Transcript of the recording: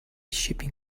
shipping